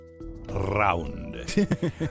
Round